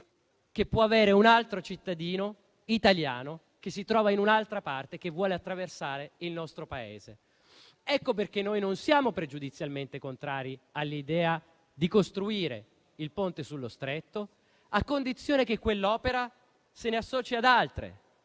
che può avere un altro cittadino italiano, che si trova in un'altra parte e che vuole attraversare il nostro Paese. Ecco perché non siamo pregiudizialmente contrari all'idea di costruire il Ponte sullo Stretto, a condizione che quell'opera si associ ad altre,